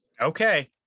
Okay